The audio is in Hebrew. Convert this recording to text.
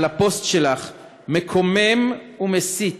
אבל הפוסט שלך מקומם ומסית.